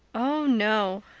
oh, no.